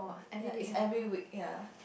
ya it's every week ya